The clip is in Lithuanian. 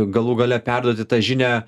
galų gale perduoti tą žinią